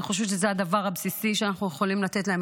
אני חושבת שזה הדבר הבסיסי שאנחנו יכולים לתת להן,